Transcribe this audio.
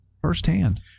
firsthand